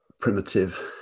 primitive